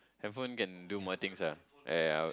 handphone can do more things ah ah ya